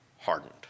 hardened